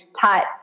taught